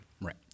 Right